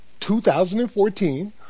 2014